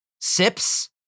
Sips